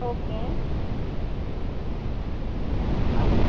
okay ஆ